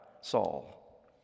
Saul